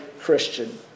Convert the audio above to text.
Christian